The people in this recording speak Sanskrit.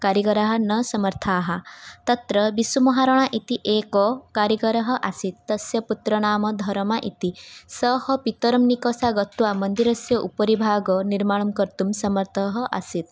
कार्यकराः न समर्थाः तत्र विश्वमहाराणा इति एकः कार्यकरः आसीत् तस्य पुत्रनाम धर्मः इति सः पितरं निकषा गत्वा मन्दिरस्य उपरि भागं निर्माणम् कर्तुं समर्थः आसीत्